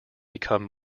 become